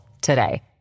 today